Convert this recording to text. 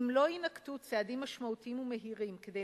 "אם לא יינקטו צעדים משמעותיים ומהירים כדי